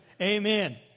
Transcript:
Amen